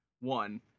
one